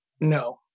No